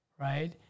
Right